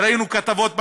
וראינו כתבות בעיתון.